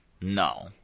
No